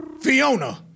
Fiona